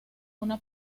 una